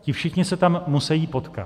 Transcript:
Ti všichni se tam musejí potkat.